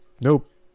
nope